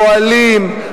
פועלים,